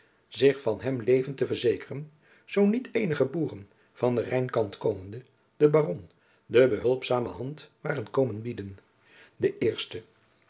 zich van hem levend te verzekeren zoo niet eenige boeren van den rijnkant komende den baron de behulpzame hand waren komen bieden de eerste